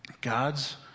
God's